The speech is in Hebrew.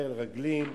חיל רגלים,